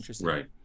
Right